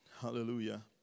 Hallelujah